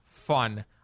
fun